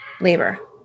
labor